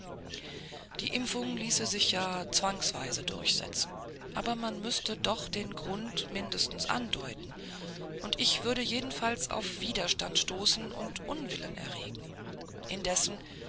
die impfung ließe sich ja zwangsweise durchsetzen aber man müßte doch den grund mindestens andeuten und wir würden jedenfalls auf widerstand stoßen und unwillen erregen indessen